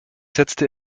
setzte